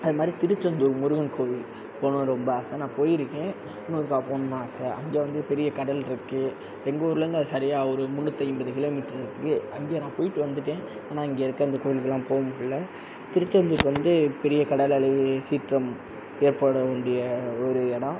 அது மாதிரி திருச்செந்தூர் முருகன் கோயில் போனுன்னு ரொம்ப ஆசை நான் போயிருக்கேன் இன்னொருக்கா போணுன்னு ஆசை அங்கே வந்து பெரிய கடல் இருக்கு எங்கள் ஊர்லயிருந்து அது சரியாக ஒரு முன்னூற்று ஐம்பது கிலோ மீட்ரு இருக்கு அங்கே நான் போயிட்டு வந்துவிட்டேன் ஆனால் இங்கே இருக்க அந்த ம் கோயிலுக்குலாம் போக முடியல திருச்செந்தூர் வந்து பெரிய கடல் அலை சீற்றம் ஏற்பட வேண்டிய ஒரு இடம்